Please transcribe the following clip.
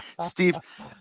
Steve